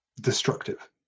destructive